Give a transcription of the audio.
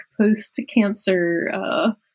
post-cancer